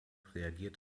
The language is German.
reagiert